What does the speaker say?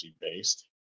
based